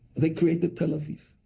they created tel aviv.